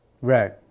Right